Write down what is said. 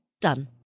Done